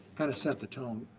kind of set the tone.